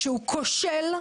שהוא כושל,